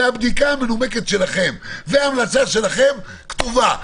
הבדיקה המנומקת שלכם וההמלצה שלכם כתובה.